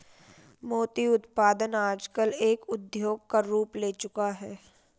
मोती उत्पादन आजकल एक उद्योग का रूप ले चूका है